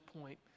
point